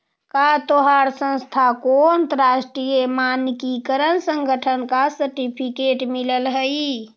का तोहार संस्था को अंतरराष्ट्रीय मानकीकरण संगठन का सर्टिफिकेट मिलल हई